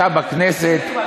דבר אתי בבוקר.